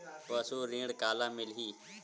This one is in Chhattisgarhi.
पशु ऋण काला मिलही?